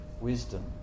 wisdom